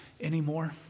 anymore